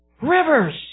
Rivers